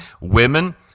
Women